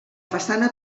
façana